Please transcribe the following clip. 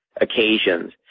occasions